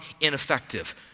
ineffective